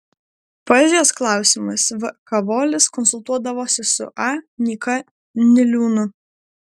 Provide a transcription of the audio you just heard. poezijos klausimais v kavolis konsultuodavosi su a nyka niliūnu